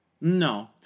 no